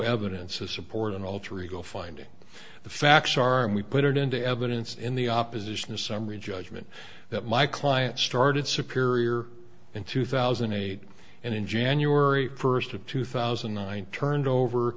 evidence to support and alter ego finding the facts are in we put into evidence in the opposition a summary judgment that my client started superior in two thousand and eight and in january first of two thousand and nine turned over